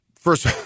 first